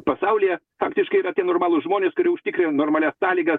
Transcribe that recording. pasaulyje faktiškai yra tie normalūs žmonės kurie užtikrina normalias sąlygas